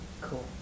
Cool